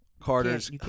Carter's